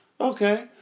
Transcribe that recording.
Okay